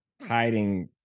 hiding